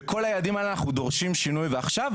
בכל היעדים האלה אנחנו דורשים שינוי ועכשיו.